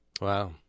Wow